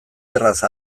erraz